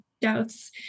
doubts